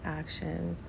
actions